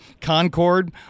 Concord